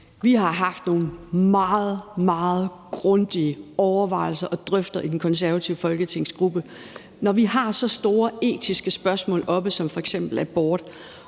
Vi har haft nogle meget, meget grundige overvejelser og drøftelser i den konservative folketingsgruppe. Når vi har så store etiske spørgsmål som f.eks. abort